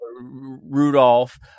Rudolph